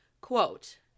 quote